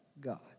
God